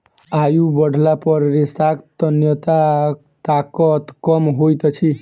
आयु बढ़ला पर रेशाक तन्यता ताकत कम होइत अछि